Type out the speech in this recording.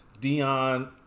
Dion